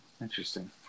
Interesting